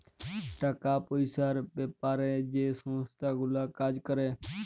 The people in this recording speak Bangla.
টাকা পয়সার বেপারে যে সংস্থা গুলা কাজ ক্যরে